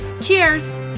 Cheers